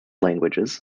languages